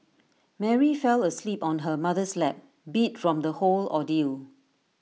Mary fell asleep on her mother's lap beat from the whole ordeal